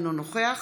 אינו נוכח